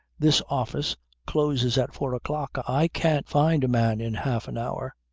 this office closes at four o'clock. i can't find a man in half an hour.